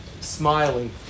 smiling